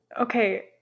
Okay